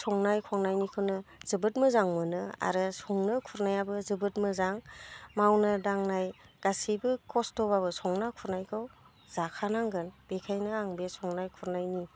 संनाय खावनायनिखौनो जोबोद मोजां मोनो आरो संनो खुरनायाबो जोबोद मोजां मावनाय दांनाय गासिबो खस्थ'ब्लाबो संना खुरनायखौ जाखानांगोन बेखायनो आं बे संनाय खुरनायनि